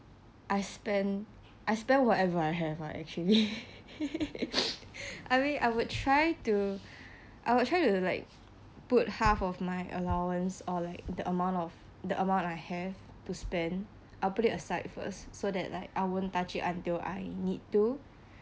I spend I spend whatever I have like actually I mean I would try to I would try to like put half of my allowance or like the amount of the amount I have to spend i'll put it aside first so that like I won't touch it until I need to